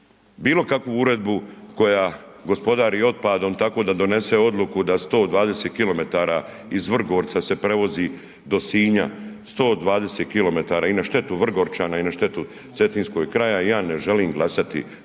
bilokakvu uredbu koja gospodari otpadom tako da donese odluku da se to 20 km iz Vrgorca se prevozi do Sinja, 120 km i na štetu Vrgorčana i na štetu cetinskog kraja, ja ne želim glasati za ovu